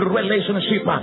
relationship